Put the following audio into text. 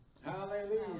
Hallelujah